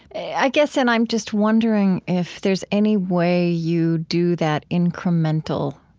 i guess and i'm just wondering if there's any way you do that incremental